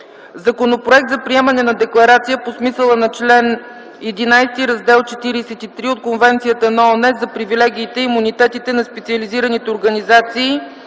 Законопроект за приемане на Декларация по смисъла на чл. 11, Раздел 43 от Конвенцията на ООН за привилегиите и имунитетите на специализираните организации